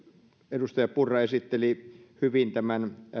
edustaja purra esitteli hyvin tämän